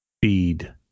feed